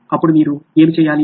అప్పుడు మీరు ఏమి చేయాలి